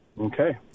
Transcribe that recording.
Okay